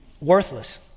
worthless